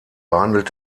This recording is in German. behandelt